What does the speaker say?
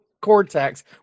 cortex